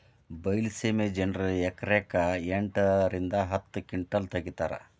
ಬೈಲಸೇಮಿ ಜನರು ಎಕರೆಕ್ ಎಂಟ ರಿಂದ ಹತ್ತ ಕಿಂಟಲ್ ತಗಿತಾರ